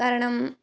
कारणं